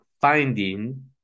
finding